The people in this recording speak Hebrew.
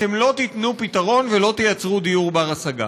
אתם לא תיתנו פתרון ולא תייצרו דיור בר-השגה.